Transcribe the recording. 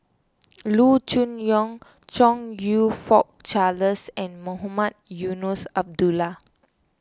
Loo Choon Yong Chong You Fook Charles and Mohamed Eunos Abdullah